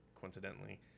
coincidentally